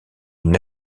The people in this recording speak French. une